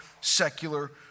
secular